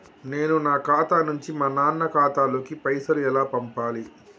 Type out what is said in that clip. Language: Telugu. నేను నా ఖాతా నుంచి మా నాన్న ఖాతా లోకి పైసలు ఎలా పంపాలి?